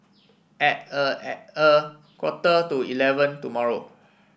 at a at a quarter to eleven tomorrow